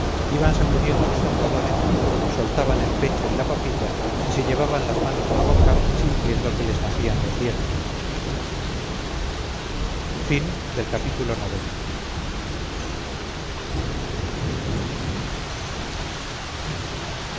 iban sacudiendo los andadores soltaban el pecho y la papilla y se llevaban las manos a la boca sintiendo que les nacían los dientes arribaabajo x